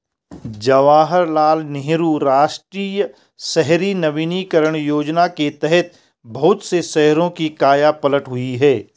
जवाहरलाल नेहरू राष्ट्रीय शहरी नवीकरण योजना के तहत बहुत से शहरों की काया पलट हुई है